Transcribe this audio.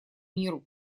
миру